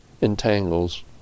entangles